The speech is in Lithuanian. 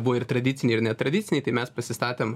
buvo ir tradiciniai ir netradiciniai tai mes pasistatėm